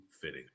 fitting